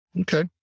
Okay